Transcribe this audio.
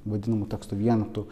vadinamų teksto vienetų